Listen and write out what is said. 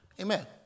Amen